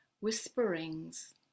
whisperings